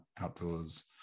outdoors